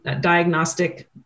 diagnostic